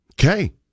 Okay